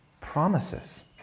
promises